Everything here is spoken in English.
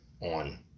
on